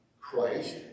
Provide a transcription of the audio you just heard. Christ